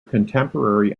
contemporary